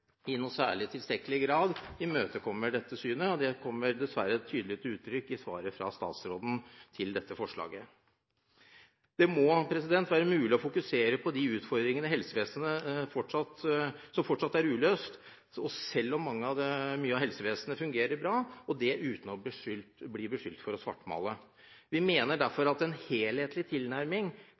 i tilstrekkelig grad imøtekommer dette synet, og det kommer dessverre tydelig til uttrykk i svaret på dette forslaget fra statsråden. Det må være mulig å fokusere på de utfordringene som fortsatt er uløst i helsevesenet, selv om mye av helsevesenet fungerer bra, uten å bli beskyldt for å svartmale. Vi mener derfor at en helhetlig tilnærming